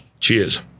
Cheers